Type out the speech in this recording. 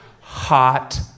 hot